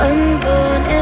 Unborn